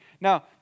Now